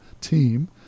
team